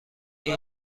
این